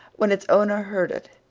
when its owner heard it,